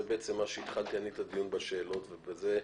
בזה בעצם אני התחלתי אני את הדיון, בשאלות ובזה.